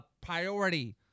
priority